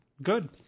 Good